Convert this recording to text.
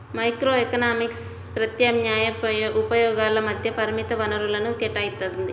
microeconomics ప్రత్యామ్నాయ ఉపయోగాల మధ్య పరిమిత వనరులను కేటాయిత్తుంది